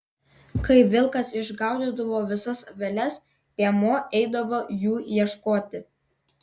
kai vilkas išgaudydavo visas aveles piemuo eidavo jų ieškoti